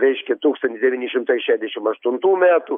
reiškia tūkstantis devyni šimtai šedešim aštuntų metų